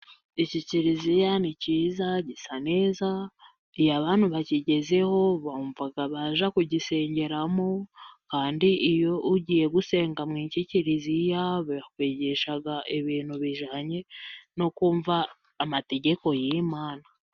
Iki kiliziya ni kiza gisa neza iyo abantu bakigezeho bumva bajya kugisengeramo, kandi iyo ugiye gusenga muri iki kiliziya bakwigisha ibintu bijyanye no kumva amategeko y'Imana.